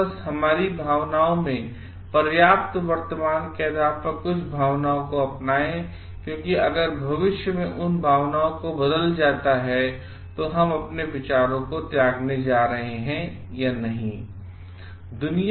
और बस हमारी भावनाओं में पर्याप्त वर्तमान के आधार पर कुछ भावनाओं को अपनाएं और क्योंकि अगर भविष्य में उन भावनाओं को बदल जाता है तोहम अपने विचारों को त्यागने जारहे हैंयानहीं